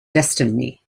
destiny